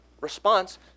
response